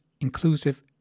inclusive